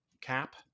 cap